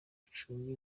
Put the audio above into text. ucunge